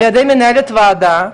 על ידי מנהלת הוועדה,